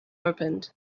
opened